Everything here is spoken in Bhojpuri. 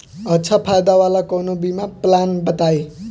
अच्छा फायदा वाला कवनो बीमा पलान बताईं?